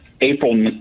April